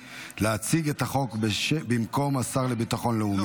להציג את החוק במקום השר לביטחון לאומי.